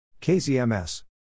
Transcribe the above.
KZMS